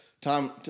Tom